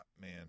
Man